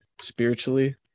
spiritually